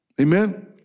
Amen